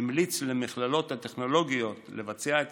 המליץ למכללות הטכנולוגיות לבצע את